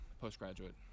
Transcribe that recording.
postgraduate